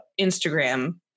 Instagram